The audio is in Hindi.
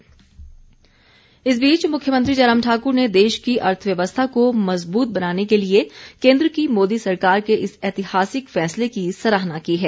स्वागत इस बीच मुख्यमंत्री जयराम ठाक्र ने देश की अर्थव्यवस्था को मजबूत बनाने के लिए केन्द्र की मोदी सरकार के इस ऐतिहासिक फैसले की सराहना की है